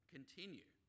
Continue